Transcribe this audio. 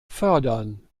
fördern